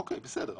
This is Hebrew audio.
אוקיי, בסדר.